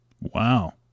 Wow